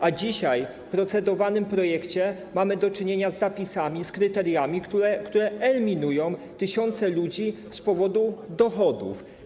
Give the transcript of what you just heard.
A dzisiaj w procedowanym projekcie ustawy mamy do czynienia z zapisami, z kryteriami, które eliminują z tego tysiące ludzi z powodu dochodów.